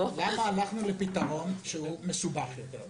למה הלכנו לפתרון מסובך יותר?